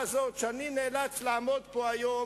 אני מודה לך על הזמן שרצית להוסיף לי,